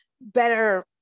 better